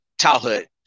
childhood